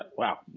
ah wow.